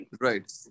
Right